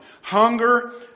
Hunger